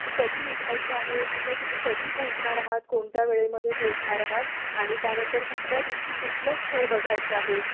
की कधी निघायचं आहे तिथं तुम्ही कधी पोहोचणार आहात कोणत्या वेळेमध्ये पोहचणार आहात आणि त्यानंतर कुठल्या दिवशी कुठलं स्थळ बघायचं आहे